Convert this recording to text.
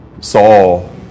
Saul